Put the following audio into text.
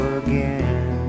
again